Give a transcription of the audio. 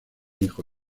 hijo